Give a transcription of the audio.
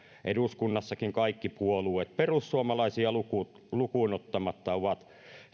eduskunnassakin kaikki puolueet perussuomalaisia lukuun lukuun ottamatta ovat